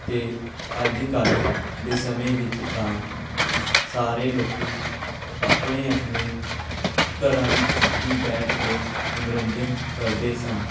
ਅਤੇ ਅੱਜ ਕੱਲ੍ਹ ਦੇ ਸਮੇਂ ਵਿੱਚ ਤਾਂ ਸਾਰੇ ਲੋਕ ਆਪਣੇ ਆਪਣੇ ਘਰਾਂ ਵਿੱਚ ਹੀ ਬੈਠ ਕੇ ਮਨੋਰੰਜਨ ਕਰਦੇ ਸਨ